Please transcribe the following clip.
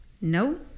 No